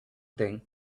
thing